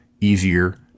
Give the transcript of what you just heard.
easier